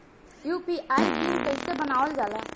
UPI PIN कइसे बनावल जाला?